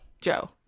Joe